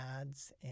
ads